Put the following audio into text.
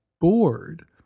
bored